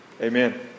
Amen